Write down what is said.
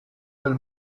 del